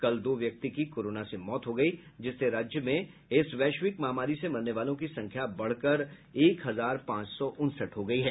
कल दो व्यक्ति की कोरोना से मौत हुई जिससे राज्य में इस वैश्विक महामारी से मरने वालों की संख्या बढ़ कर एक हजार पांच सौ उनसठ हो गयी है